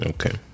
Okay